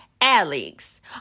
alex